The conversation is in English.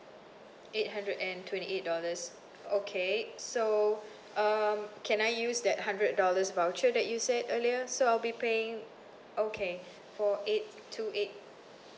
eight hundred and twenty eight dollars okay so um can I use that hundred dollars voucher that you said earlier so I'll be paying okay for eight two eight